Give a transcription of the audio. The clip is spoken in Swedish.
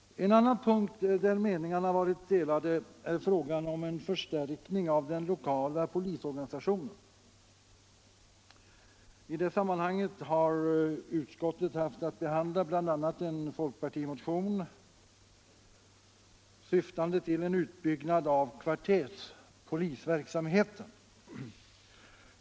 En annan punkt där meningarna varit delade är frågan om en förstärkning av den lokala polisorganisationen. I det sammanhanget har utskottet haft att behandla bl.a. en folkpartimotion syftande till en utbyggnad av kvarterspolisverksamheten.